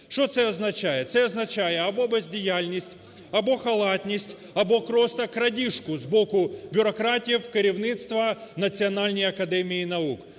Що це означає? Це означає або бездіяльність, або халатність, або просто крадіжку з боку бюрократів керівництва в Національній академії наук.